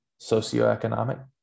socioeconomic